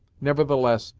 nevertheless,